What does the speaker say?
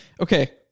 okay